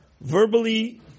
verbally